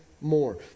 more